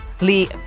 Lee